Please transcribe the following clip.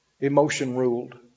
emotion-ruled